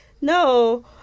no